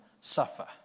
suffer